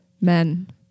Men